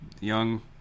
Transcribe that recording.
young